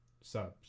subs